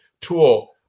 tool